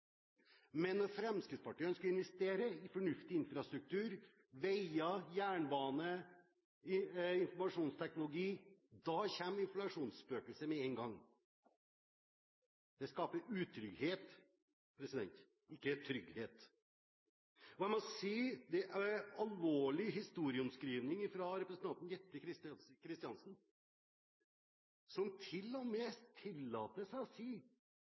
men når Fremskrittspartiet ønsker å investere i fornuftig infrastruktur, veier, jernbane, informasjonsteknologi, kommer inflasjonsspøkelset med en gang. Det skaper utrygghet, ikke trygghet. Jeg må si det er alvorlig historieomskrivning fra representanten Jette F. Christensen, som til og med tillater seg å si